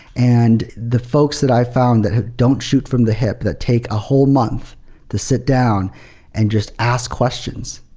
and the folks that i found that don't shoot from the hip, that take a whole month to sit down and just ask questions,